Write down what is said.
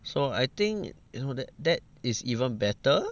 so I think you know that that is even better